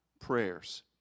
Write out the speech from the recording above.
prayers